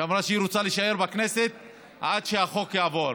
שאמרה שהיא רוצה להישאר בכנסת עד שהחוק יעבור.